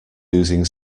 oozing